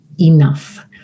Enough